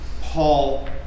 Paul